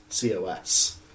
COS